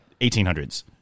1800s